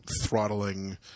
throttling